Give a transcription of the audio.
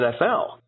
NFL